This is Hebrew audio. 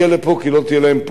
כי לא תהיה להם פה עבודה.